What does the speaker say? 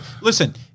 listen